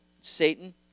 Satan